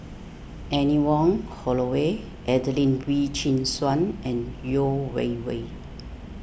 Anne Wong Holloway Adelene Wee Chin Suan and Yeo Wei Wei